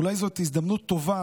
ואולי זאת הזדמנות טובה,